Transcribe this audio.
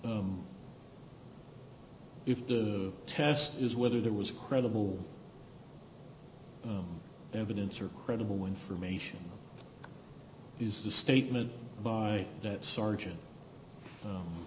if the test is whether there was credible evidence or credible information is the statement by that sergeant